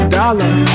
dollar